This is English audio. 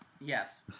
Yes